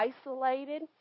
isolated